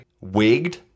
wigged